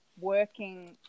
working